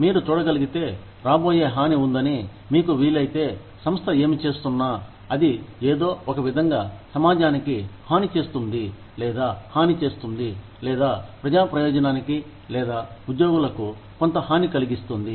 మీరు చూడగలిగితే రాబోయే హాని ఉందని మీకు వీలైతే సంస్థ ఏమి చేస్తున్నా అది ఏదో ఒక విధంగా సమాజానికి హాని చేస్తుంది లేదా హాని చేస్తుంది లేదా ప్రజా ప్రయోజనానికి లేదా ఉద్యోగులకు కొంత హాని కలిగిస్తుంది